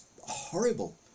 horrible